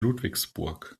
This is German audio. ludwigsburg